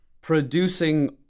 producing